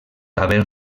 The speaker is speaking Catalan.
haver